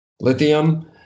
lithium